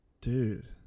dude